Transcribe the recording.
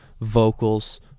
vocals